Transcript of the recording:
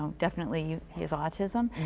definitely, he is autistic um